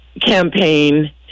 campaign